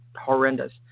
horrendous